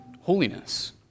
holiness